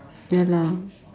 ya lah